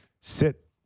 sit